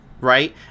right